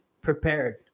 prepared